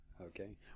okay